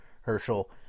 Herschel